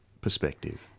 perspective